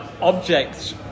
objects